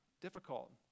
difficult